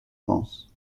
penses